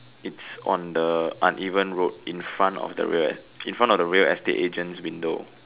it's on the uneven road in front of the real in front of the real estate agents window